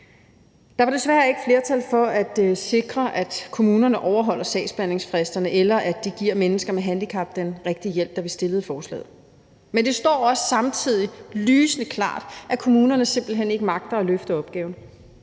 Der var desværre ikke flertal for at sikre, at kommunerne overholder sagsbehandlingsfristerne, eller at de giver mennesker med handicap den rigtige hjælp, da vi stillede forslaget. Men det står også samtidig lysende klart, at kommunerne simpelt hen ikke magter at løfte opgaven.